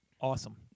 awesome